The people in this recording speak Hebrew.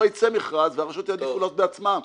יצא מכרז והרשויות יעדיפו לעשות בעצמן.